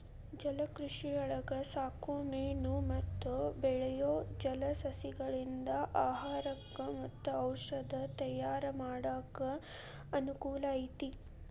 ಜಲಕೃಷಿಯೊಳಗ ಸಾಕೋ ಮೇನು ಮತ್ತ ಬೆಳಿಯೋ ಜಲಸಸಿಗಳಿಂದ ಆಹಾರಕ್ಕ್ ಮತ್ತ ಔಷದ ತಯಾರ್ ಮಾಡಾಕ ಅನಕೂಲ ಐತಿ